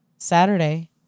Saturday